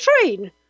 train